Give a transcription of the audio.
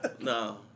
No